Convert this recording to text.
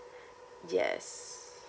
yes